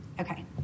Okay